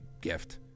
gift